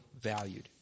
valued